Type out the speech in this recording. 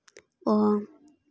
ᱚ